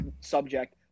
subject